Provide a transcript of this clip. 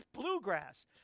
Bluegrass